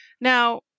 Now